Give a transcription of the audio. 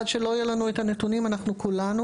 עד שלא יהיה לנו את הנתונים אנחנו כולנו